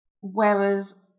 Whereas